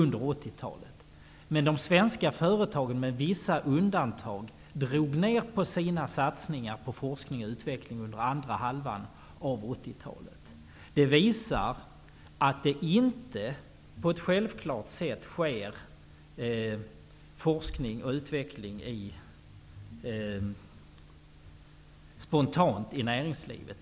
Men de svenska företagen, med vissa undantag, drog ner på sina satsningar på forskning och utveckling under andra halvan av 80-talet. Det visar att det inte på ett självklart sätt sker forskning och utveckling spontant i näringslivet.